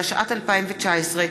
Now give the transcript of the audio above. התשע"ט 2019,